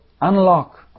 unlock